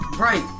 Right